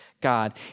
God